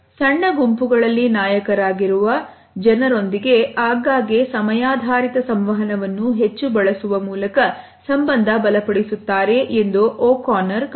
ಸಣ್ಣ ಗುಂಪುಗಳಲ್ಲಿ ನಾಯಕರಾಗಿರುವ ಬರುವ ಜನರೊಂದಿಗೆ ಆಗಾಗ್ಗೆ ಸಮಯಾಧಾರಿತ ಸಂವಹನವನ್ನು ಹೆಚ್ಚು ಬಳಸುವ ಮೂಲಕ ಸಂಬಂಧ ಬಲಪಡಿಸುತ್ತಾರೆ ಎಂದು OConnor ಕಂಡುಹಿಡಿದಿದ್ದಾನೆ